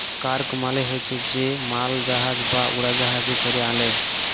cargo মালে হছে যে মালজাহাজ বা উড়জাহাজে ক্যরে আলে